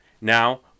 Now